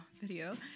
video